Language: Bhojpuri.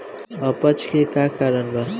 अपच के का कारण बा?